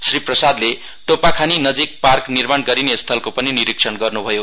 श्री प्रसादले टोपाखानी नजिक पार्क निर्माण गरिने स्थलको पनि निरीक्षण गर्न्भयो